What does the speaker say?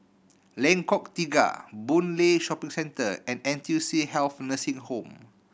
Lengkong Tiga Boon Lay Shopping Centre and N T U C Health Nursing Home